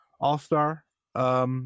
All-Star